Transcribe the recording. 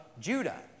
Judah